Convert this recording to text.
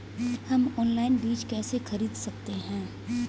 हम ऑनलाइन बीज कैसे खरीद सकते हैं?